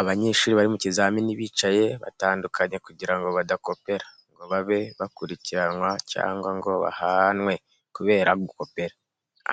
Abanyeshuri bari mu kizamini bicaye batandukanye kugira badakopera ngo babe bakirukanwa cyangwa ngo bahanwe kubera gukopera.